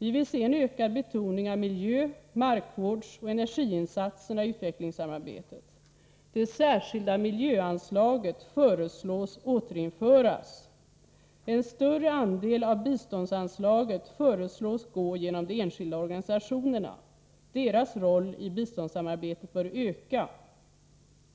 Vi vill se en ökad betoning av miljövårds-, markvårdsoch energiinsatser i utvecklingssamarbetet. Det särskilda miljöanslaget föreslås återinföras. En större andel av biståndsanslaget föreslås gå genom de enskilda organisationerna. Deras roll i biståndssamarbetet bör öka.